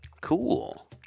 Cool